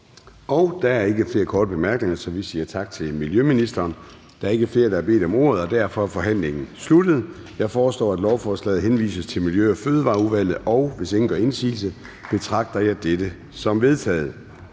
Der er ikke flere korte bemærkninger, så vi siger tak til miljøministeren. Der er ikke flere, der har bedt om ordet, og derfor er forhandlingen sluttet. Jeg foreslår, at lovforslaget henvises til Miljø- og Fødevareudvalget. Hvis ingen gør indsigelse, betragter jeg det som vedtaget.